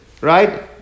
right